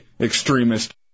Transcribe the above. extremist